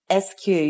SQ